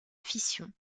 fission